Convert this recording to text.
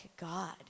God